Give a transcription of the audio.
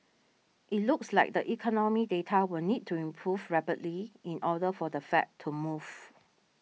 it looks like the economic data will need to improve rapidly in order for the Fed to move